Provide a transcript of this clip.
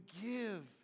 give